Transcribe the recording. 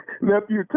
Nephew